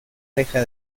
reja